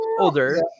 older